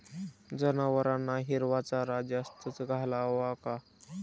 जनावरांना हिरवा चारा जास्त घालावा का?